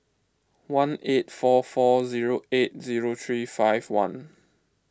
one eight four four zero eight zero three five one